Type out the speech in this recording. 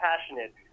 passionate